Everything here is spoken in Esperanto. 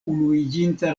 unuiĝinta